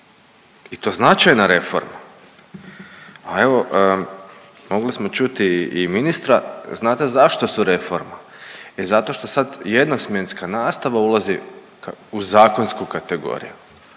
i to značajne reforme. A evo mogli smo čuti i ministra znate zašto su reforma, e zato što sad jednosmjenska nastava ulazi u zakonsku kategoriju